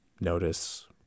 notice